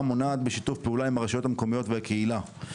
מונעת בשיתוף פעולה עם הרשויות המקומיות וקהילה.